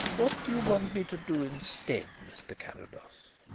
what do you want me to do instead, mr. carrados?